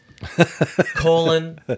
colon